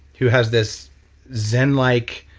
who has this zen like